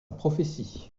prophétie